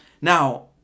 Now